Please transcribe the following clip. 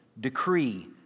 decree